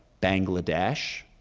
bangladesh,